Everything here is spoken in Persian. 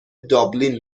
دابلین